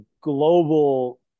global